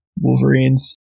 Wolverines